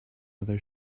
other